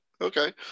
okay